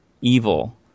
evil